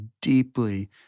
deeply